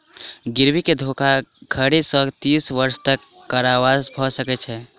गिरवी मे धोखाधड़ी सॅ तीस वर्ष तक के कारावास भ सकै छै